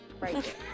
right